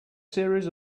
series